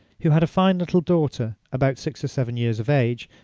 who had a fine little daughter about six or seven years of age,